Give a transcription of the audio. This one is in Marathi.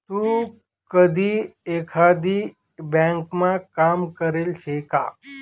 तू कधी एकाधी ब्यांकमा काम करेल शे का?